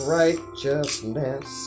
righteousness